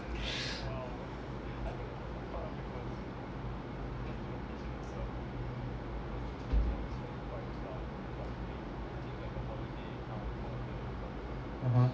(uh huh)